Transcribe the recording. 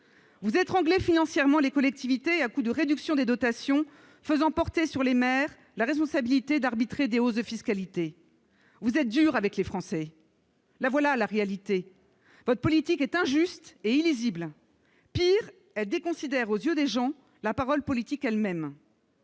Vous étranglez financièrement les collectivités à coups de réductions des dotations, faisant porter sur les maires la responsabilité d'arbitrer des hausses de fiscalité. Vous êtes durs avec les Français ! La voilà la réalité. Votre politique est injuste et illisible. Pis, elle déconsidère, aux yeux des gens, la parole politique elle-même.